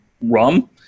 rum